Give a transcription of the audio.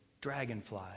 Dragonfly